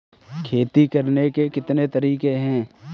खेती करने के कितने तरीके हैं?